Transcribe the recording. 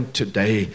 today